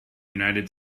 united